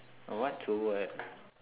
uh what so what